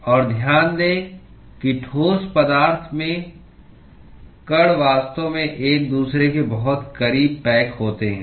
और ध्यान दें कि ठोस पदार्थों में कण वास्तव में एक दूसरे के बहुत करीब पैक होते हैं